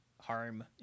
harm